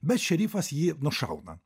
bet šerifas jį nušauna